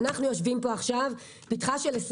ואנחנו יושבים פה עכשיו בפתחה של שנת